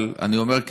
אבל אני אומר,